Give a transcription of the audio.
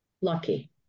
lucky